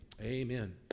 Amen